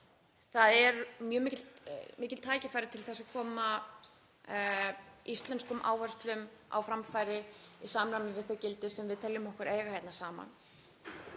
það eru mjög mikil tækifæri til að koma íslenskum áherslum á framfæri í samræmi við þau gildi sem við teljum okkur eiga hér saman.